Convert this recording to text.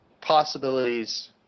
possibilities